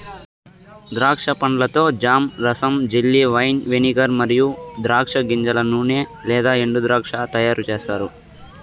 ద్రాక్ష పండ్లతో జామ్, రసం, జెల్లీ, వైన్, వెనిగర్ మరియు ద్రాక్ష గింజల నూనె లేదా ఎండుద్రాక్ష తయారుచేస్తారు